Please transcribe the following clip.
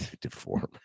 deform